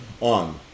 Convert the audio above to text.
on